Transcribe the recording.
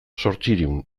zortziehun